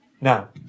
Now